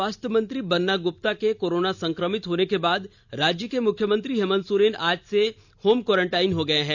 स्वास्थ्य मंत्री बन्ना गुप्ता के कोरोना संक्रमित होने के बाद राज्य के मुख्यमंत्री हेमंत सोरेन आज से होम क्वारंटाइन हो गये हैं